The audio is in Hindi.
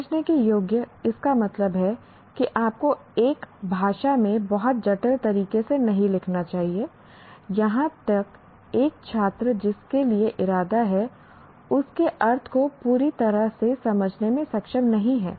समझने के योग्य इसका मतलब है कि आपको एक भाषा में बहुत जटिल तरीके से नहीं लिखना चाहिए जहां एक छात्र जिसके लिए इरादा है उस के अर्थ को पूरी तरह से समझने में सक्षम नहीं है